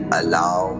allow